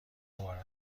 مبارک